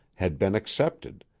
had been accepted,